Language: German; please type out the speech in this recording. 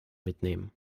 mitnehmen